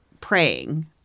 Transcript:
praying